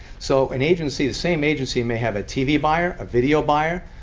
so an agency the same agency may have a tv buyer, a video buyer,